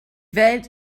welt